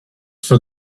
for